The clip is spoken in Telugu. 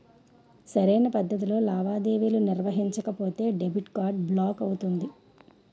సరైన పద్ధతిలో లావాదేవీలు నిర్వహించకపోతే డెబిట్ కార్డ్ బ్లాక్ అవుతుంది